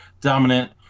dominant